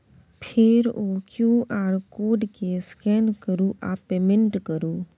फेर ओ QR code केँ स्कैन करु आ पेमेंट करु